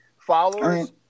Followers